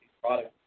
products